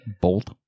Bolt